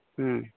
ᱦᱮᱸ